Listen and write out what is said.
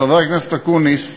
חבר הכנסת אקוניס,